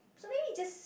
somebody just